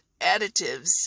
additives